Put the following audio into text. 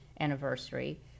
anniversary